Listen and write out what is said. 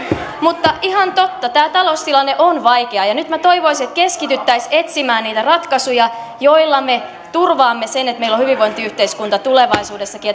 mutta ihan totta tämä taloustilanne on vaikea ja nyt minä toivoisin että keskityttäisiin etsimään niitä ratkaisuja joilla me turvaamme sen että meillä on hyvinvointiyhteiskunta tulevaisuudessakin